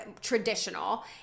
traditional